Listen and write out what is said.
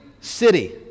city